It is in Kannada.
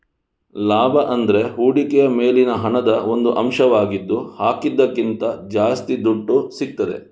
ಲಾಭ ಅಂದ್ರೆ ಹೂಡಿಕೆಯ ಮೇಲಿನ ಹಣದ ಒಂದು ಅಂಶವಾಗಿದ್ದು ಹಾಕಿದ್ದಕ್ಕಿಂತ ಜಾಸ್ತಿ ದುಡ್ಡು ಸಿಗ್ತದೆ